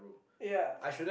ya